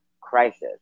Crisis